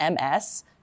MS